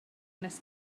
nes